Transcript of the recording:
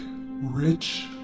rich